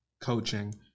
coaching